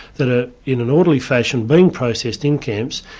that are in an orderly fashion being processed in camps,